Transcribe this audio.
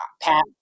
Pat